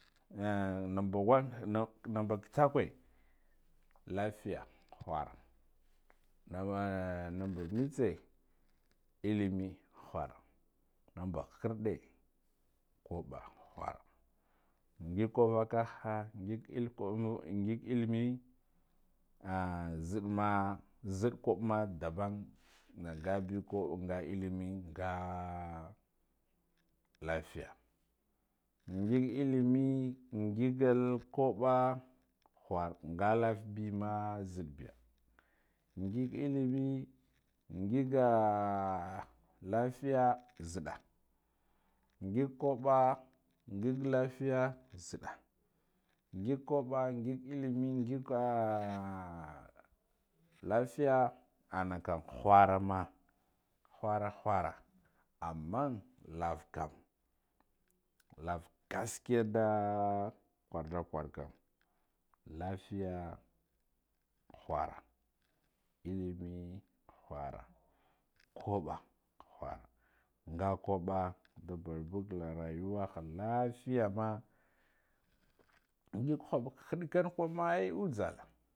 Numba wan numba kitakwe lafiya khura numba numba mitse illime khura, nimba khakarde kubba khura ngig kubba vakahu ngig ilimi ngig illime ah zedduma nzidd kubba ma daban ammon nga bi kubba nga illi me nga lafiya ngig illime ngigan kabba khur nga lafiya bima nzidda biya ngig illime ngiga ngiga lafiya, nzida ngig kubba ngiga lafiya nzidda ngig kuba ngig kuba ngig illime ngig lafiya anakam khurma khura khura amman lava kam lava gaskiya nda kwar da kwarkan lafiya khura illime, khara kubba khara nga kubba nda barbaga rayuwaha lafiyama ngig kubba hiddikan maye